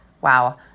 Wow